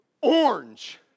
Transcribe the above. orange